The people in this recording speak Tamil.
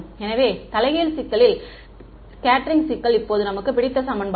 எனவே தலைகீழ் ஸ்கெட்ட்டரிங் சிக்கல் இப்போது நமக்கு பிடித்த சமன்பாடு